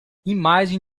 imagem